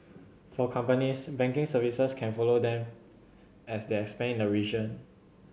for companies banking services can follow them as they expand in the region